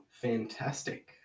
fantastic